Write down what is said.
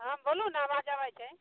हँ बोलू ने आवाज अबै छै